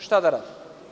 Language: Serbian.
Šta da radi?